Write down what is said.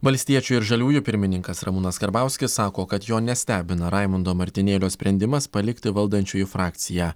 valstiečių ir žaliųjų pirmininkas ramūnas karbauskis sako kad jo nestebina raimundo martinėlio sprendimas palikti valdančiųjų frakciją